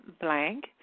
blank